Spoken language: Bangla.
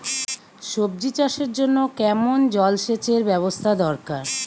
সবজি চাষের জন্য কেমন জলসেচের ব্যাবস্থা দরকার?